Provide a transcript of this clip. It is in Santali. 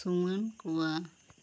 ᱥᱩᱢᱟᱱ ᱠᱚᱣᱟ